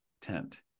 tent